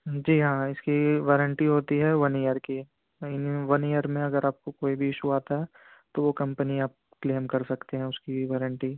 جی ہاں اس کی وارنٹی ہوتی ہے ون ایئر کی ون ایئر میں اگر آپ کو کوئی بھی ایشو آتا ہے تو وہ کمپنی آپ کلیم کر سکتے ہیں اس کی وارنٹی